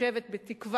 אני חושבת בתקווה,